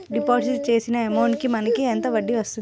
Deposit చేసిన amount కి మనకి ఎంత వడ్డీ వస్తుంది?